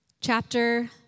Chapter